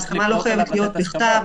ההסכמה לא חייבת להיות בכתב.